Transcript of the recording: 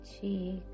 Cheek